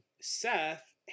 Seth